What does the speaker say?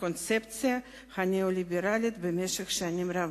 הקונספציה הניאו-ליברלית במשך שנים רבות.